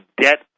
debt